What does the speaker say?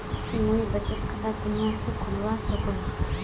मुई बचत खता कुनियाँ से खोलवा सको ही?